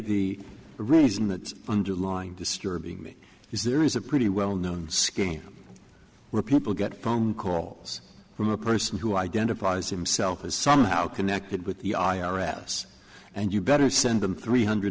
the reason that underlying disturbing me is there is a pretty well known scheme where people get phone calls from a person who identifies himself as somehow connected with the i r s and you better send them three hundred